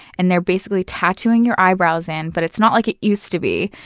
and they're basically tattooing your eyebrows in. but it's not like it used to be,